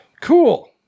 cool